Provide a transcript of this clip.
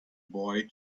boy